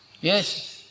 yes